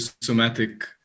somatic